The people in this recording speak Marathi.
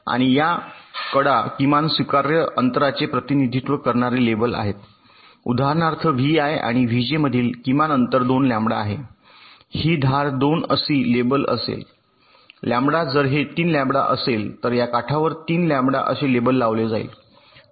आणि या कडा किमान स्वीकार्य अंतराचे प्रतिनिधित्व करणारे लेबल आहेत उदाहरणार्थ वि आय आणि वि जे मधील किमान अंतर 2 लॅम्बडा आहे ही धार 2 अशी लेबल असेल लँबडा जर हे 3 लॅंबडा असेल तर या काठावर 3 लँबडा असे लेबल लावले जाईल